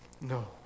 No